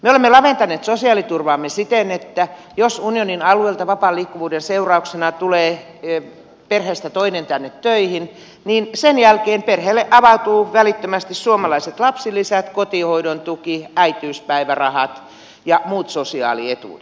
me olemme laventaneet sosiaaliturvaamme siten että jos unionin alueelta vapaan liikkuvuuden seurauksena tulee perheestä toinen tänne töihin niin sen jälkeen perheelle avautuvat välittömästi suomalaiset lapsilisät kotihoidon tuki äitiyspäivärahat ja muut sosiaalietuudet